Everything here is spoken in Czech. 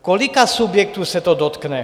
Kolika subjektů se to dotkne?